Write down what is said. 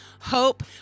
Hope